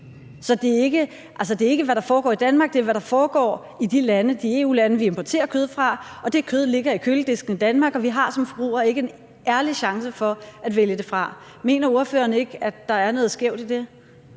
Så det er ikke, hvad der foregår i Danmark; det er, hvad der foregår i de EU-lande, vi importerer kød fra, og det kød ligger i køledisken i Danmark, og vi har som forbrugere ikke en ærlig chance for at vælge det fra. Mener ordføreren ikke, at der er noget skævt i det?